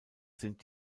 sind